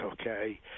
okay